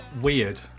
weird